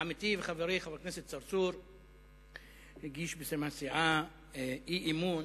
עמיתי וחברי חבר הכנסת צרצור הגיש בשם הסיעה אי-אמון